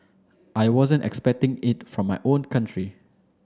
I wasn't expecting it from my own country